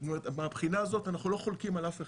זאת אומרת מהבחינה הזאת אנחנו לא חולקים על אף אחד,